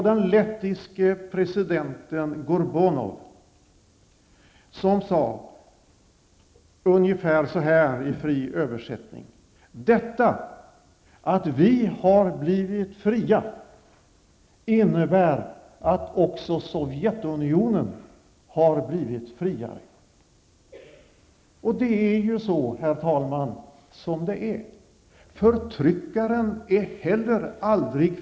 Den lettiske presidenten Gorbunovs sade nämligen -- fritt översatt: Detta med att vi har blivit fria innebär att också Sovjetunionen har blivit friare. Herr talman! Just så är det. Faktum är att en förtryckare aldrig är fri.